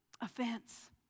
Offense